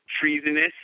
treasonous